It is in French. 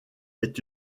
est